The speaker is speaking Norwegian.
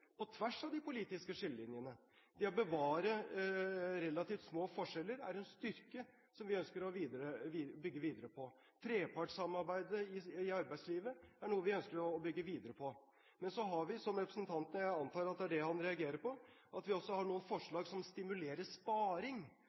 på tvers av de politiske skillelinjene. Det å bevare relativt små forskjeller er en styrke som vi ønsker å bygge videre på. Trepartssamarbeidet i arbeidslivet er noe vi ønsker å bygge videre på. Men så har vi – og jeg antar at det er det representanten reagerer på – også noen forslag som stimulerer til sparing